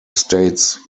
states